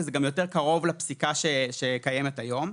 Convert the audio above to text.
וזה גם יותר קרוב לפסיקה שקיימת היום.